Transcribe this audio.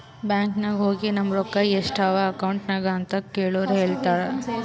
bank ನಾಗ್ ಹೋಗಿ ನಮ್ ರೊಕ್ಕಾ ಎಸ್ಟ್ ಅವಾ ಅಕೌಂಟ್ನಾಗ್ ಅಂತ್ ಕೇಳುರ್ ಹೇಳ್ತಾರ್